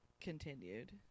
continued